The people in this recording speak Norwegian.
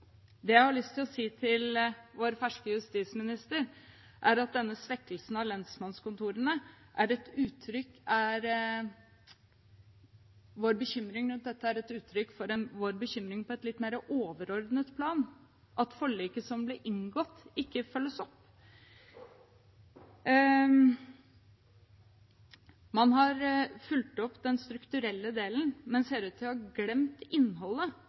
Det jeg har lyst til å si til vår ferske justisminister, er at vår bekymring rundt denne svekkelsen av lensmannskontorene er et uttrykk for vår bekymring på et litt mer overordnet plan – at forliket som ble inngått, ikke følges opp. Man har fulgt opp den strukturelle delen, men ser ut til å ha glemt innholdet,